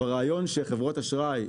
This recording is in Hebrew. הרעיון שחברות אשראי,